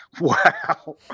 wow